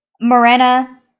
Morena